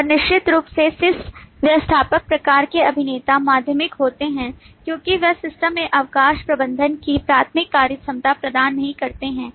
और निश्चित रूप से sys व्यवस्थापक प्रकार के अभिनेता माध्यमिक होते हैं क्योंकि वे सिस्टम में अवकाश प्रबंधन की प्राथमिक कार्यक्षमता प्रदान नहीं करते हैं